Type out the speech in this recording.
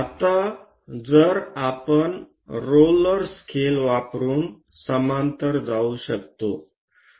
आता जर आपण रोलर स्केल वापरून समांतर जाऊ शकतो